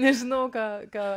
nežinau ką ką